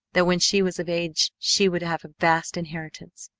that when she was of age she would have a vast inheritance.